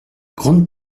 grande